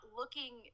looking